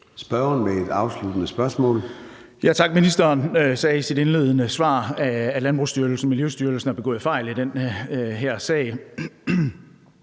Spørgeren med et afsluttende spørgsmål.